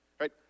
Right